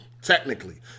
technically